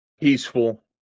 Peaceful